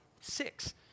six